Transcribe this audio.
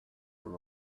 from